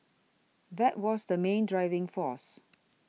that was the main driving force